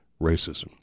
racism